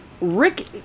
Rick